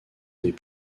des